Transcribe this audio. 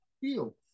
feel